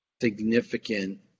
significant